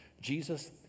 Jesus